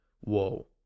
Whoa